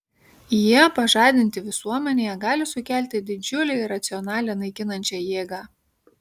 jie pažadinti visuomenėje gali sukelti didžiulę iracionalią naikinančią jėgą